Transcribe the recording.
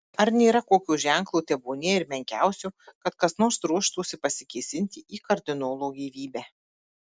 ar nėra kokio ženklo tebūnie ir menkiausio kad kas nors ruoštųsi pasikėsinti į kardinolo gyvybę